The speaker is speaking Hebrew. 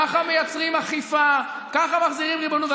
ככה מייצרים אכיפה, ככה מחזירים ריבונות.